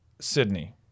sydney